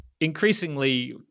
increasingly